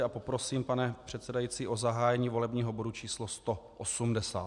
A poprosím, pane předsedající, o zahájení volebního bodu č. 180.